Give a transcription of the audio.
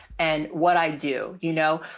and what i do, you know,